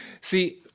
See